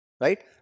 Right